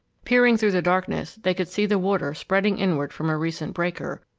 peering through the darkness, they could see the water spreading inward from a recent breaker,